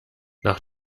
nach